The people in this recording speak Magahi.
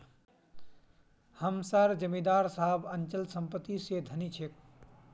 हम सार जमीदार साहब अचल संपत्ति से धनी छे